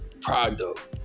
product